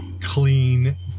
clean